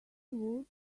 would